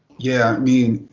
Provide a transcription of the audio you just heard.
yeah, i mean,